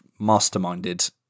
masterminded